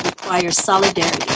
require solidarity.